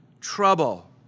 trouble